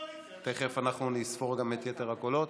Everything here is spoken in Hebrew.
תכף אנחנו נספור גם את יתר הקולות.